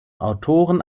autoren